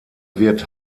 wird